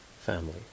Family